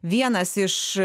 vienas iš